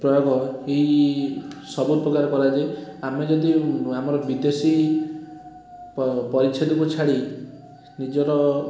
ପ୍ରୟୋଗ ଏଇ ସବୁ ପ୍ରକାର କରାଯାଏ ଆମେ ଯଦି ଆମର ବିଦେଶୀ ପରିଚ୍ଛେଦକୁ ଛାଡ଼ି ନିଜର